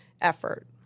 effort